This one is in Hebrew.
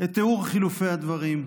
את תיאור חילופי הדברים,